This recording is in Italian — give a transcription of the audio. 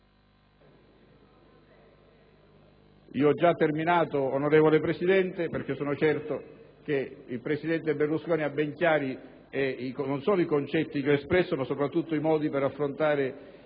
Ho terminato, signora Presidente, perché sono certo che il presidente Berlusconi abbia ben chiari non solo i concetti che ho espresso, ma soprattutto i modi per affrontare